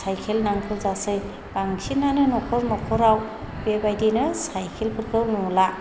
cycle नांगौ जासै बांसिनानो न'खर न'खराव बेबायदिनो साइकेलफोरखौ नुला